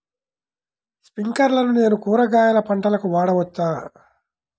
స్ప్రింక్లర్లను నేను కూరగాయల పంటలకు వాడవచ్చా?